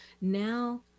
now